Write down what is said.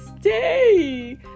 stay